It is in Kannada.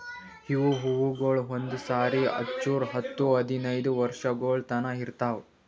ಇವು ಹೂವುಗೊಳ್ ಒಂದು ಸಾರಿ ಹಚ್ಚುರ್ ಹತ್ತು ಹದಿನೈದು ವರ್ಷಗೊಳ್ ತನಾ ಇರ್ತಾವ್